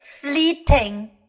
fleeting